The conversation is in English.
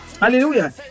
Hallelujah